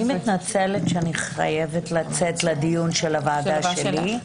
אני מתנצלת שאני חייבת לצאת לדיון של וועדה שלי.